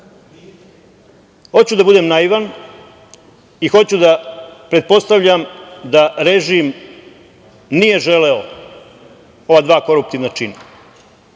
da bude naivan i hoću da pretpostavljam da režim nije želeo ova dva koruptivna čina,